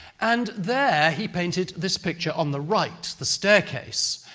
and there, he painted this picture on the right the staircase.